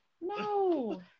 No